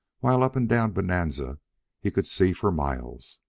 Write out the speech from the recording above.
while up and down bonanza he could see for miles.